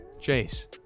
Chase